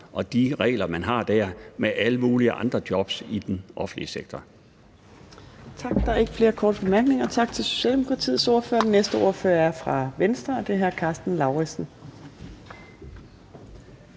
og de regler, man har der, med alle mulige andre jobs i den offentlige sektor.